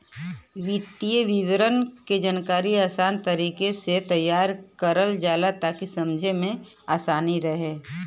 वित्तीय विवरण क जानकारी आसान तरीके से तैयार करल जाला ताकि समझे में आसानी रहे